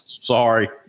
Sorry